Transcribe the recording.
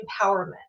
empowerment